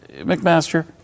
McMaster